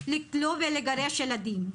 לכלוא ולגרש ילדים.